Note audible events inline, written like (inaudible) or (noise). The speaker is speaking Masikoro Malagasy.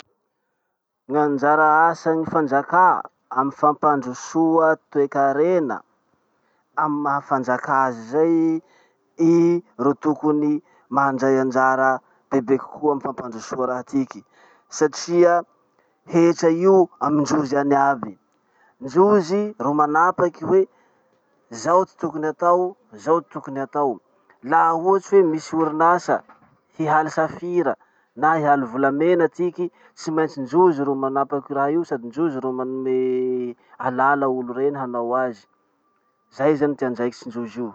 Gn'anjara asan'ny fanjakà amy fampandrosoa toe-karena. Amy maha fanjakà azy zay, i ro tokony mandray anjara bebe kokoa amy fampandrosoa raha tiky. Satria hetra io amindrozy any aby, ndrozy ro manapaky hoe zao ty tokony atao, zao ty tokony atao. Laha ohatsy hoe misy orinasa (noise) hihaly safira na hihaly volamena atiky, tsy maintsy ndrozy ro manapaky raha io sady ndrozy ro manome alala olo reny hanao azy. Zay zany ty andraikitsindrozy io.